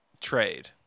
trade